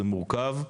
זה מורכב.